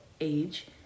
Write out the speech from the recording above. age